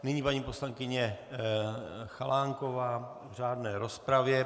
Nyní paní poslankyně Chalánková v řádné rozpravě.